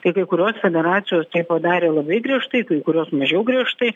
tai kai kurios federacijos tai padarė labai griežtai kai kurios mažiau griežtai